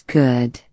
good